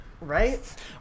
Right